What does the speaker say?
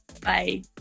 Bye